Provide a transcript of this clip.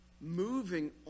moving